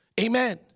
Amen